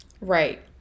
Right